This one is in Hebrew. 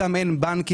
שם אין בנקים,